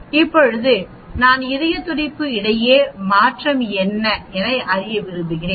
இப்போது நான் இதய துடிப்பு இடையே மாற்றம் என்ன என அறிய விரும்புகிறேன்